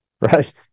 Right